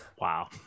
wow